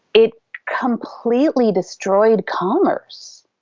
it completely destroyed commerce.